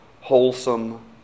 wholesome